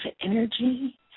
energy